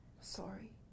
Sorry